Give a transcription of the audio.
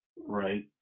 Right